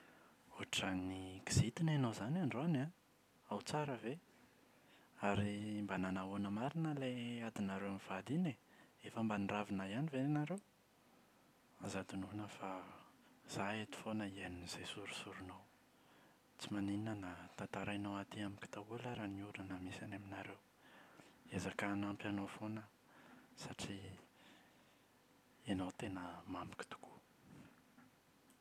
Ohatra ny kizitina ianao izany androany an, ao tsara ve? Ary mba nanao ahoana marina ilay adinareo mivady iny e? Efa mba niravina ihany ve nareo? Aza adinoina fa izaho eto foana hiaino izay sorisorinao, tsy maninona na tantarainao amiko daholo ary ny olana misy any aminareo. Hiezaka hanampy anao foana aho, satria ianao tena mamiko tokoa.